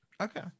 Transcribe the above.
okay